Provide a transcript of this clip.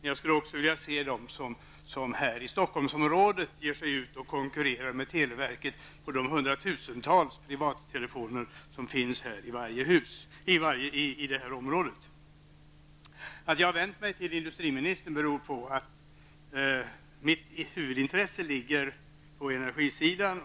Jag skulle också vilja se den som här i Stockholmsområdet ger sig ut och konkurrerar med televerket om linjerna till de hundratusentals privattelefoner som finns i detta område. Jag har vänt mig till industriministern därför att mitt huvudintresse ligger på energisidan.